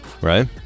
right